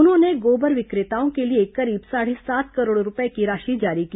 उन्होंने गोबर विक्रेताओं के लिए करीब साढ़े सात करोड़ रूपये की राशि जारी की